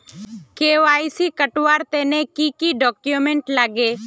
KYC करवार तने की की डॉक्यूमेंट लागे?